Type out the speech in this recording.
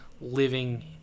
living